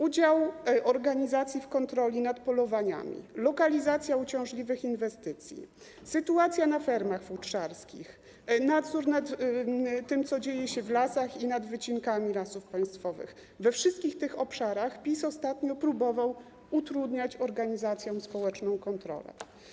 Udział organizacji w kontroli nad polowaniami, lokalizacja uciążliwych inwestycji, sytuacja na fermach futrzarskich, nadzór nad tym, co dzieje się w lasach, i nad wycinkami lasów państwowych - w tych wszystkich obszarach PiS ostatnio próbował utrudniać organizacjom społeczną kontrolę.